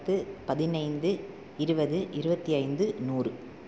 பத்து பதினைந்து இருபது இருபத்தி ஐந்து நூறு